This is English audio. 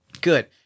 Good